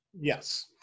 yes